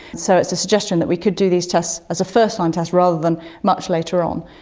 so it's a suggestion that we could do these tests as a first-line test rather than much later on.